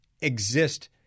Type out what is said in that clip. exist